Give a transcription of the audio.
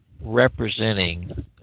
representing